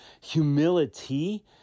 humility